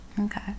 Okay